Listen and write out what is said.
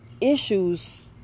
issues